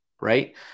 Right